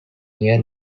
near